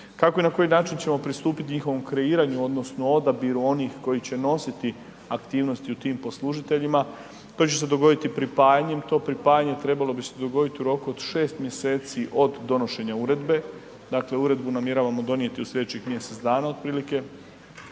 Kako i na koji način ćemo pristupiti njihovom kreiranju odnosno odabiru onih koji će nositi aktivnosti u tim poslužiteljima, to će se dogoditi pripajanjem, to pripajanje trebalo bi se dogoditi u roku 6. mjeseci od donošenja uredbe, dakle uredbu namjeravamo donijeti u slijedećih mjesec dana otprilike